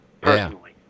personally